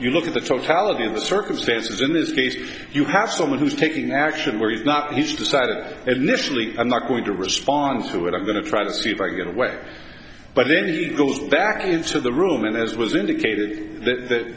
you look at the totality of the circumstances in this case you have someone who's taking action where he's not he's decided initially i'm not going to respond to it i'm going to try to see if i get away but then he goes back into the room and as was indicated that